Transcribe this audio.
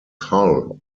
hull